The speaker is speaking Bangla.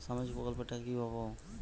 সামাজিক প্রকল্পের টাকা কিভাবে পাব?